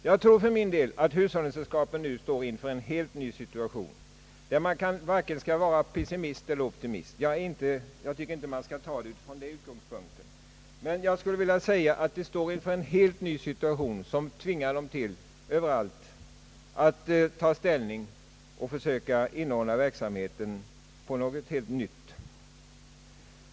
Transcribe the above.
Jag tror för min del att hushållningssällskapen nu står inför en helt ny situation, och jag tycker inte att man har anledning att vara vare sig pessimist eller optimist. Sällskapen tvingas överallt att försöka inrikta sin verksamhet på något helt nytt.